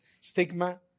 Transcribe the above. stigma